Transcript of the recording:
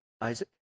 isaac